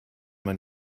man